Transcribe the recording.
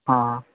हँ